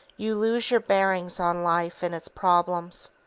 you lose your bearings on life and its problems.